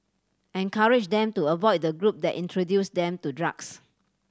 encourage them to avoid the group that introduced them to drugs